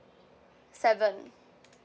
seven